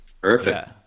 Perfect